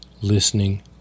listening